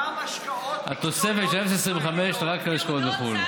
גם השקעות, התוספת של 0.25, רק על השקעות בחו"ל.